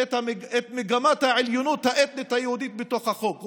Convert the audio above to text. את מגמת העליונות האתנית היהודית בתוך החוק,